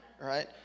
right